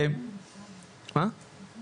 יפעת קריב,